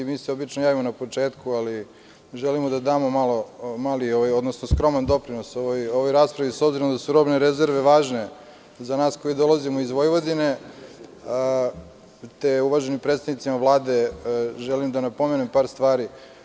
Mi se obično javimo na početku, ali želimo da damo skroman doprinos ovoj raspravi, s obzirom da su robne rezerve važne za nas koji dolazimo iz Vojvodine, te uvaženi predstavnici Vlade želim da napomenem par stvari.